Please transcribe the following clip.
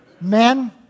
Men